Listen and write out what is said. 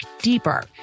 deeper